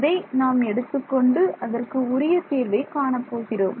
அதை நாம் எடுத்துக்கொண்டு அதற்கு உரிய தீர்வை காணப்போகிறோம்